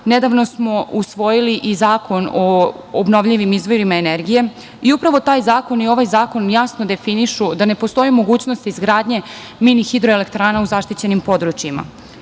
Nedavno smo usvojili i Zakon o obnovljivim izvorima energije i upravo taj zakon i ovaj zakon jasno definišu da ne postoji mogućnost izgradnje mini hidroelektrana u zaštićenim područjima. Svesni